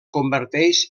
converteix